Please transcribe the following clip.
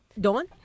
Dawn